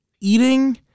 eating